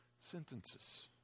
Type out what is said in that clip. sentences